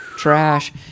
Trash